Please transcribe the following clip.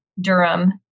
Durham